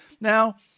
Now